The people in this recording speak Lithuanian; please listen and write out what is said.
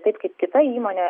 taip kaip kita įmonė